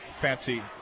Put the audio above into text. fancy